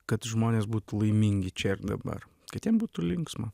kad žmonės būtų laimingi čia ir dabar kad jiem būtų linksma